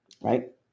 right